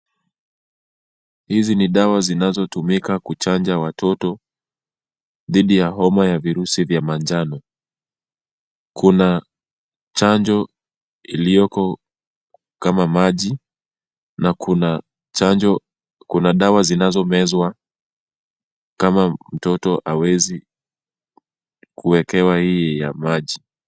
Hizi ni dawa zinazotumika kuchanja watoto, dhidi ya homa ya virusi vya manjano. Kuna chanjo, iliyoko kama maji, na kuna chanjo, kuna dawa zinazomezwa kama mtoto hawezi kuwekewa hii ya maji.